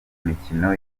mikino